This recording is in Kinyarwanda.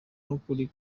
n’ukuri